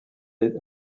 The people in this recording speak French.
est